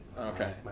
okay